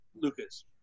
Lucas